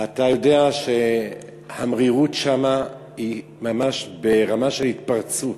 אתה יודע שהמרירות שם היא ממש ברמה של התפרצות,